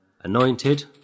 anointed